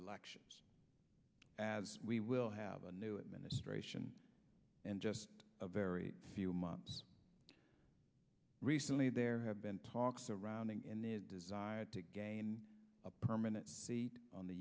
elections as we will have a new administration and just a very few months recently there have been talks surrounding and their desire to gain a permanent seat on the